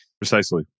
Precisely